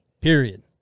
period